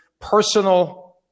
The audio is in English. personal